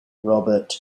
robert